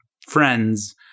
friends